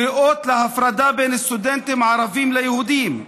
הקריאות להפרדה בין סטודנטים ערבים ליהודים,